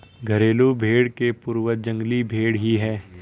घरेलू भेंड़ के पूर्वज जंगली भेंड़ ही है